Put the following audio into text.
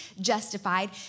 justified